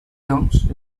doncs